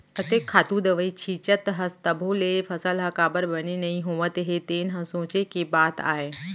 अतेक खातू दवई छींचत हस तभो ले फसल ह काबर बने नइ होवत हे तेन ह सोंचे के बात आय